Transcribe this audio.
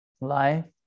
life